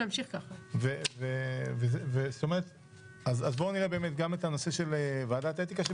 אז בואו נראה גם את הנושא של ועדת האתיקה,